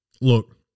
look